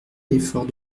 l’effort